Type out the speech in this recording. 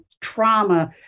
trauma